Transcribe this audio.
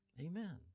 Amen